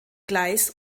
gleis